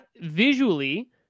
visually